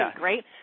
right